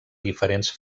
diferents